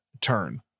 turn